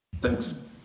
Thanks